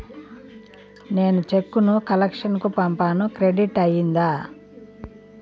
నేను చెక్కు ను కలెక్షన్ కు పంపాను క్రెడిట్ అయ్యిందా